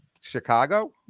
Chicago